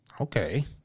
Okay